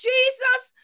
Jesus